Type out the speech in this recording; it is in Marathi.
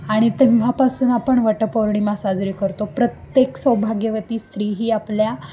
आणि तेव्हापासून आपण वटपौर्णिमा साजरी करतो प्रत्येक सौभाग्यवती स्त्री ही आपल्या